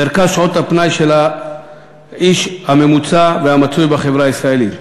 מרכז שעות הפנאי של האיש הממוצע והמצוי בחברה הישראלית.